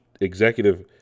Executive